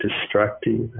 destructive